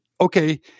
okay